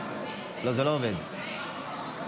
זה לא עובד, לא שומעים.